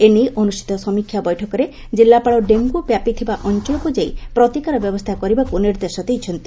ଏନେଇ ଅନୁଷ୍ତିତ ସମୀକ୍ଷା ବୈଠକରେ କିଲ୍ଲାପାଳ ଡେଙ୍ଗୁ ବ୍ୟାପିଥିବା ଅଞ୍ଞଳକୁ ଯାଇ ପ୍ରତିକାର ବ୍ୟବସ୍କା କରିବାକୁ ନିର୍ଦ୍ଦେଶ ଦେଇଛନ୍ତି